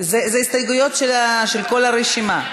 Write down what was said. זו הסתייגויות של כל הרשימה.